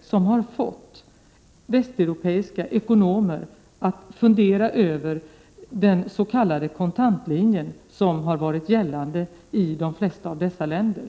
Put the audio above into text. som har fått västeuropeiska ekonomer att fundera över den s.k. kontantlinjen, som har varit gällande i de flesta av dessa länder.